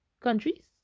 countries